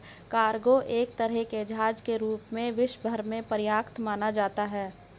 cargo एक तरह के जहाज के रूप में विश्व भर में प्रख्यात माना जाता है